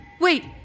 Wait